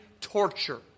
torture